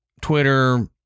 Twitter